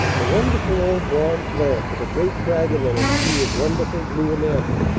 a wonderful old bronze lamp with a great dragon on a sea of wonderful blue enamel,